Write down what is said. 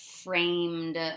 framed